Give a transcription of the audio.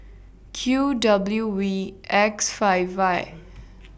Q W V X five Y